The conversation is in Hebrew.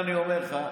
אני מודיע לך,